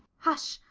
hush,